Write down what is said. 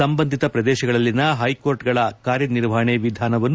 ಸಂಬಂಧಿತ ಪ್ರದೇಶಗಳಲ್ಲಿನ ಹೈಕೋರ್ಟ್ಗಳ ಕಾರ್ಯನಿರ್ವಹಣೆ ವಿಧಾನವನ್ನು